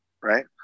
right